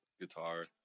guitar